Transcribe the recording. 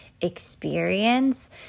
experience